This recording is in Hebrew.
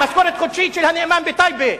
משכורת חודשית של הנאמן בטייבה,